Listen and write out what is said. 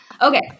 Okay